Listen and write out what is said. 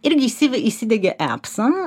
irgi įsive įsidiegė epsą